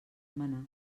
manar